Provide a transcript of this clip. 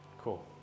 Cool